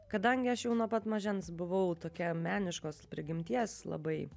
kadangi aš jau nuo pat mažens buvau tokia meniškos prigimties labai